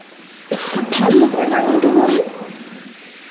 ভাল নোপোৱাৰ কাৰণটো হ'ল